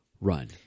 run